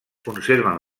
conserven